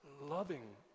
loving